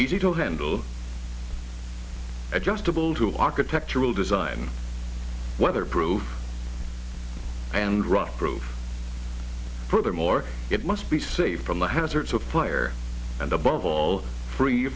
easy to handle adjustable to architectural design weather proof and rock proof furthermore it must be safe from the hazards of fire and above all free